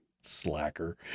Slacker